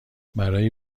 برای